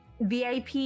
vip